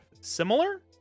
similar